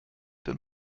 den